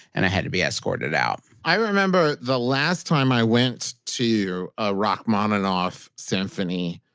and i had to be escorted out i remember, the last time i went to a rachmaninoff symphony,